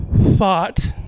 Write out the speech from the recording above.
thought